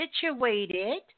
situated